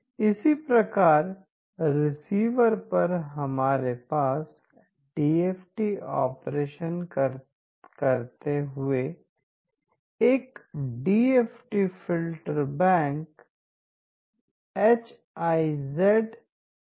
इसी प्रकार रिसीवर पर हमारे पास डीएफटी ऑपरेशन करते हुए एक DFT filter bank Hi HI Z है